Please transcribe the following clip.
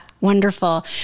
Wonderful